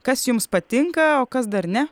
kas jums patinka o kas dar ne